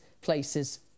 places